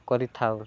କରିଥାଉ